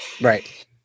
right